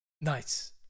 Nice